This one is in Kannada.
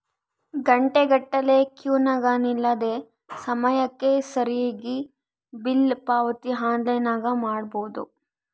ಘಂಟೆಗಟ್ಟಲೆ ಕ್ಯೂನಗ ನಿಲ್ಲದೆ ಸಮಯಕ್ಕೆ ಸರಿಗಿ ಬಿಲ್ ಪಾವತಿ ಆನ್ಲೈನ್ನಾಗ ಮಾಡಬೊದು